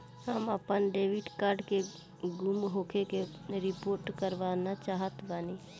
हम आपन debit card के गुम होखे के रिपोर्ट करवाना चाहत बानी